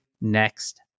next